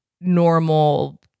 normal